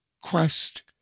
Quest